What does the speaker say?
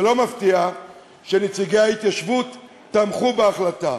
זה לא מפתיע שנציגי ההתיישבות תמכו בהחלטה,